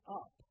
up